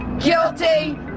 guilty